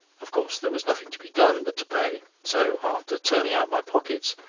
of course there was nothing to be done but to pay. so, after turning out my pockets,